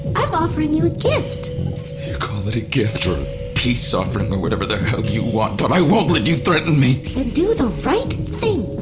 i'm offering you a gift call it a gift, or a peace offering, or whatever the you want, but i won't let you threaten me! then do the right thing.